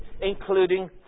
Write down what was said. including